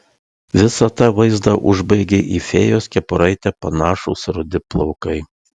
visą tą vaizdą užbaigė į fėjos kepuraitę panašūs rudi plaukai